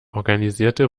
organisierte